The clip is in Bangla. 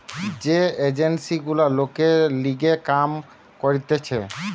যে এজেন্সি গুলা লোকের লিগে কাম করতিছে